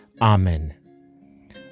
Amen